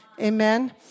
Amen